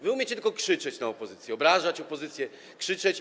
Wy umiecie tylko krzyczeć na opozycję, obrażać opozycję, krzyczeć.